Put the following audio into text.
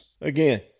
Again